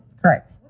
Correct